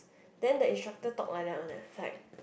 then the instructor talk like that one eh it's like